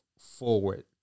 forward